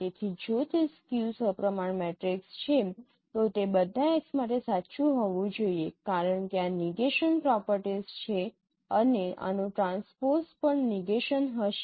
તેથી જો તે સ્ક્યૂ સપ્રમાણ મેટ્રિક્સ છે તો તે બધા X માટે સાચું હોવું જોઈએ કારણ કે આ નીગેશન પ્રોપર્ટીસ છે અને આનું ટ્રાન્સપોઝ પણ નીગેશન હશે